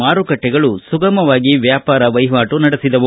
ಮಾರುಕಟ್ಟೆಗಳು ಸುಗಮವಾಗಿ ವ್ಯಾಪಾರ ವಹಿವಾಟು ನಡೆಸಿದವು